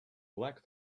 black